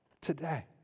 today